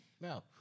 No